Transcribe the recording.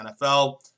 NFL